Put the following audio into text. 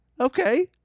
Okay